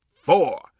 four